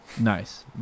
Nice